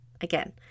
Again